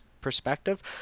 perspective